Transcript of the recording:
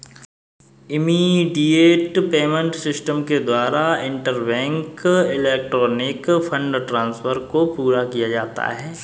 immediate payment system के द्वारा interbank electronic fund transfer को पूरा किया जाता है